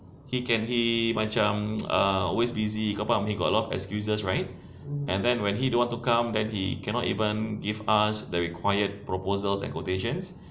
he can he macam ah always busy kau faham he got a lot of excuses right and then we he don't want to come then he cannot even give us the required proposals and quotations